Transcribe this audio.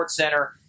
SportsCenter